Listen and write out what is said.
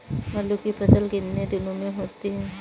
आलू की फसल कितने दिनों में होती है?